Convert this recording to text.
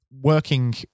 working